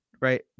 right